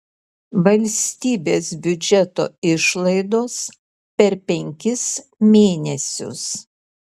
valstybės biudžeto išlaidos per penkis mėnesius